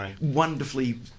wonderfully